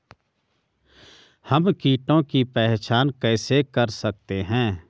हम कीटों की पहचान कैसे कर सकते हैं?